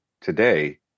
today